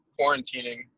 quarantining